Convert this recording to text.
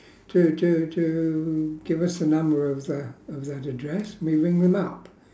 to to to give us a number of the of that address and we ring them up